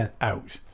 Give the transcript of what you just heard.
out